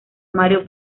mario